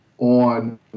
on